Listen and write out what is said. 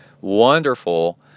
wonderful